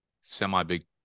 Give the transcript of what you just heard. semi-big